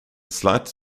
slight